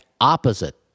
opposite